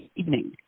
evening